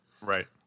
Right